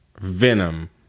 Venom